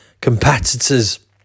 competitors